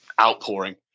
outpouring